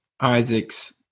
Isaac's